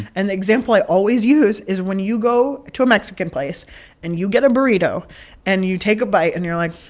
an example i always use is when you go to a mexican place and you get a burrito and you take a bite and you're like,